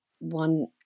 one